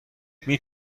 نمی